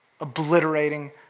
obliterating